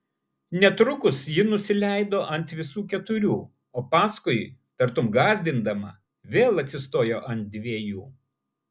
netrukus ji nusileido ant visų keturių o paskui tartum gąsdindama vėl atsistojo ant dviejų